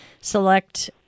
select